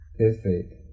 perfeito